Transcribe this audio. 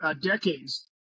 decades